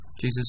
Jesus